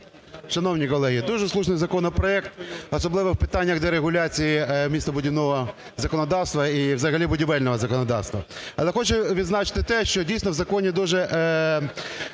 Шановні колеги, дуже слушний законопроект, особливо в питаннях дерегуляції містобудівного законодавства і взагалі будівельного законодавства. Але хочу відзначити те, що, дійсно, в законі дуже